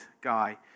guy